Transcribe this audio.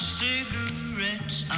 cigarettes